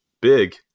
big